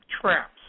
traps